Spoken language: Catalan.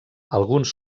alguns